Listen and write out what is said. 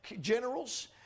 generals